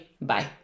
Bye